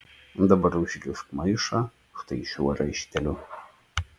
dabar užrišk maišą štai šiuo raišteliu